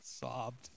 sobbed